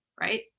right